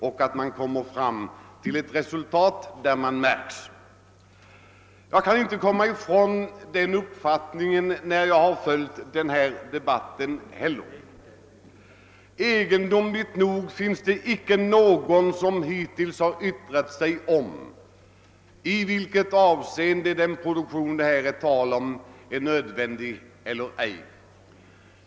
Jag kan heller inte komma ifrån den uppfattningen när jag följer den här debatten. Egendomligt nog har icke någon som hittills har yttrat sig talat om i vilken mån den produktion det nu gäller är nödvändig.